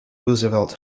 roosevelt